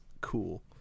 cool